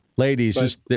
Ladies